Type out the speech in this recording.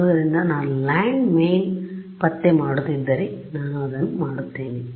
ಆದ್ದರಿಂದ ನಾನು ಲ್ಯಾಂಡ್ಮೈನ್ ಪತ್ತೆ ಮಾಡುತ್ತಿದ್ದರೆ ನಾನು ಇದನ್ನು ಮಾಡುತ್ತೇನೆ